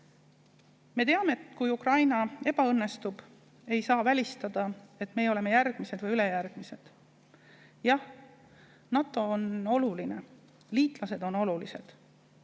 Me teame, et kui Ukraina ebaõnnestub, siis ei saa välistada, et meie oleme järgmised või ülejärgmised. Jah, NATO on oluline, liitlased on olulised,